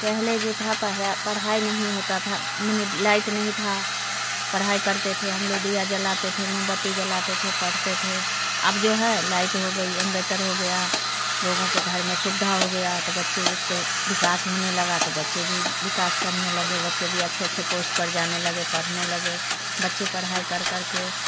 पहले जो था पढ़ाई नहीं होता था लाइट नहीं था पढ़ाई करते थे हम लोग दिया जलाते थे मोमबत्ती जलाते थे पढ़ते थे अब जो है लाइट हो गई है इनवर्टर हो गया लोगों को घर में सुविधा हो गया तो बच्चे उस विकास होने लगा तो बच्चे भी विकास करने लगे बच्चे भी अच्छे अच्छे पोस्ट पर जाने लगे पढ़ने लगे बच्चे पढ़ाई कर करके